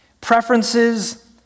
Preferences